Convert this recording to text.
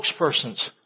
spokespersons